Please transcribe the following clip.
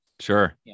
sure